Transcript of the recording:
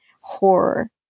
horror